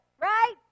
right